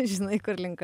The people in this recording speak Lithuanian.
žinai kurlink